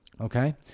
Okay